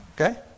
Okay